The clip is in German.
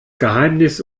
geheimnis